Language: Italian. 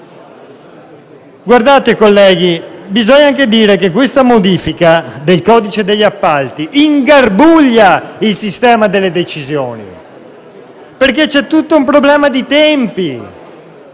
anni. Colleghi, bisogna anche dire che questa modifica del codice degli appalti ingarbuglia il sistema delle decisioni, perché c'è un problema di tempi,